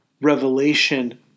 revelation